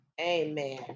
Amen